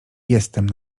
jestem